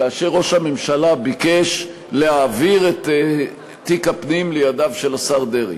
כאשר ראש הממשלה ביקש להעביר את תיק הפנים לידיו של השר דרעי?